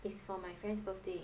is for my friend's birthday